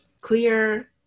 clear